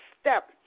step